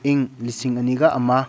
ꯏꯪ ꯂꯤꯁꯤꯡ ꯑꯅꯤꯒ ꯑꯃ